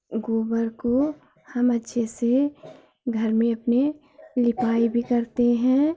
गोबर को हम अच्छे से घर में अपने लिपाई भी करते हैं